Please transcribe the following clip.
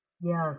Yes